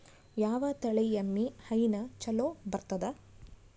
ಯಾವ ತಳಿ ಎಮ್ಮಿ ಹೈನ ಚಲೋ ಬರ್ತದ?